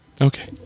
okay